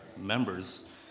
members